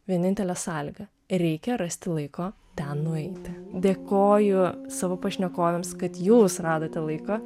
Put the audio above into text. vienintelė sąlyga reikia rasti laiko ten nueiti dėkoju savo pašnekovėms kad jūs radote laiko